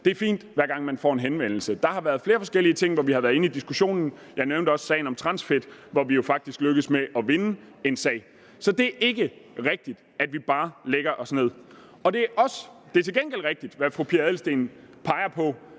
det er fint, hver gang man får en henvendelse. Der har været flere forskellige ting, hvor vi har været inde på den diskussion – jeg nævnte også sagen om transfedtsyrer, hvor vi jo faktisk lykkedes med at vinde en sag. Så det er ikke rigtigt, at vi bare lægger os ned. Det er til gengæld rigtigt, hvad fru Pia Adelsteen peger på,